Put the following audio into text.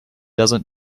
doesn’t